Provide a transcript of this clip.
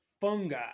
fungi